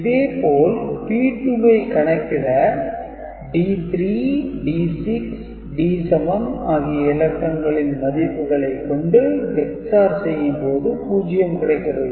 இதே போல் P2 ஐ கணக்கிட D3 D6 D7 ஆகிய இலக்கங்களின் மதிப்பை கொண்டு EX - OR செய்யும் போது 0 கிடைக்கிறது